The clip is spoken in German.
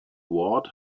ward